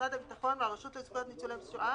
משרד הביטחון והרשות לזכויות ניצולי שואה.